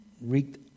wreaked